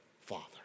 father